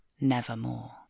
nevermore